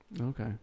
Okay